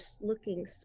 looking